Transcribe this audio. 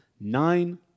nine